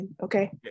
Okay